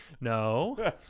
No